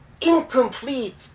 incomplete